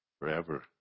forever